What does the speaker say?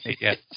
Yes